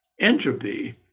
entropy